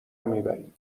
میبریم